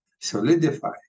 solidify